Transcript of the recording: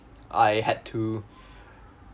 I had to